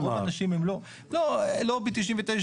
לא ב-99,